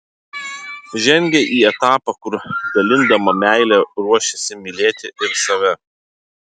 žengia į etapą kur dalindama meilę ruošiasi mylėti ir save